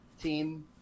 team